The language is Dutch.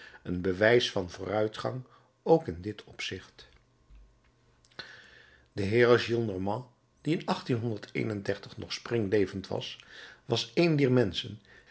een bewijs van vooruitgang ook in dit opzicht de heer gillenormand die in nog springlevend was was een dier menschen